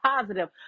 positive